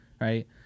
right